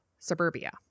suburbia